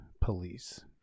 Police